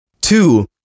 Two